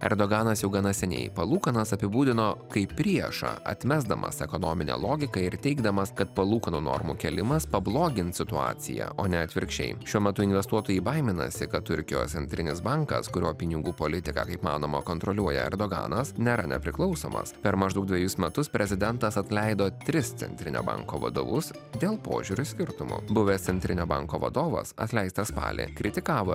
erdoganas jau gana seniai palūkanas apibūdino kaip priešą atmesdamas ekonominę logiką ir teigdamas kad palūkanų normų kėlimas pablogins situaciją o ne atvirkščiai šiuo metu investuotojai baiminasi kad turkijos centrinis bankas kurio pinigų politiką kaip manoma kontroliuoja erdoganas nėra nepriklausomas per maždaug dvejus metus prezidentas atleido tris centrinio banko vadovus dėl požiūrių skirtumo buvęs centrinio banko vadovas atleistas spalį kritikavo